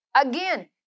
Again